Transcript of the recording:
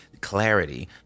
clarity